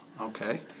okay